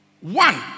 One